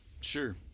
Sure